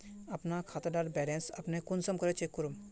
अपना खाता डार बैलेंस अपने कुंसम करे चेक करूम?